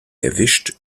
erwischt